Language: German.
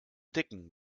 decken